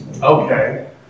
okay